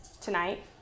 tonight